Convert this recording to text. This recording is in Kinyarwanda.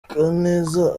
kaneza